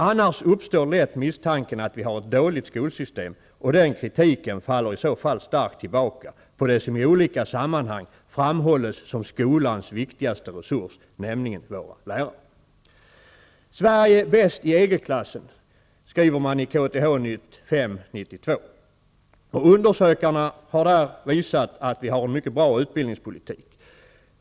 Annars uppstår lätt misstanken att vi har ett dåligt skolsystem. Den kritiken faller i så fall starkt tillbaka på de som i olika sammanhang framhålls som skolans viktigaste resurs, nämligen våra lärare. Sverige är bäst i EG-klassen skriver man i KTH Nytt nr 5/1992. Undersökarna har där visat att vi har en mycket bra utbildningspolitik.